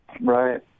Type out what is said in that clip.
Right